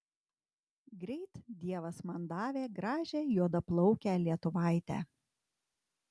greit dievas man davė gražią juodaplaukę lietuvaitę